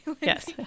yes